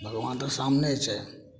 भगबान तऽ सामने छै